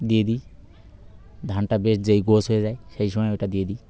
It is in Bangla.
দিয়ে দিই ধানটা বেশ যেই গোছ হয়ে যায় সেই সময় ওটা দিয়ে দিই